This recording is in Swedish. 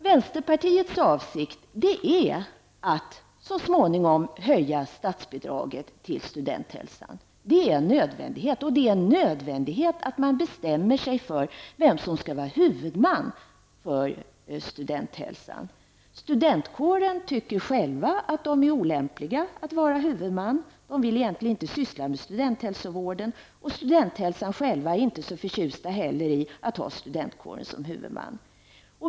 Vänsterpartiets avsikt är att så småningom höja statsbidraget till studenthälsan. Det är en nödvändighet. Det är också en nödvändighet att man bestämmer sig för vem som skall vara huvudman för studenthälsan. Studentkåren tycker själv att den är olämplig att vara huvudman. Man vill egentligen inte syssla med studenthälsovården, och studenthälsan själv är inte heller så förtjust i att ha studentkåren som huvudman.